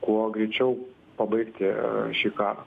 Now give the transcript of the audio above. kuo greičiau pabaigti šį karą